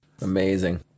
Amazing